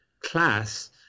class